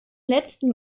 letzten